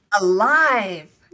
alive